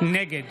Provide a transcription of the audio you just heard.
נגד